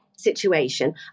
situation